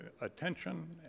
attention